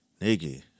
nigga